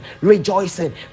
rejoicing